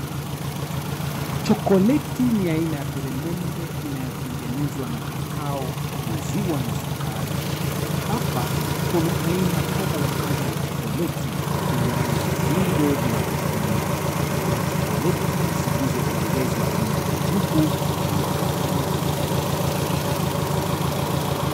Chokoleti ni aina ya peremende inayotengenezwa na kakao, maziwa na sukari. Hapa kuna aina kadha wa kadha ya chokoleti kulingana na viungo vinavyotumiwa. Kuna chokoleti zilizoongezwa aina ya njugu na makadamia.